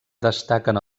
destaquen